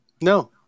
No